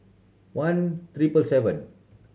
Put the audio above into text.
one triple seven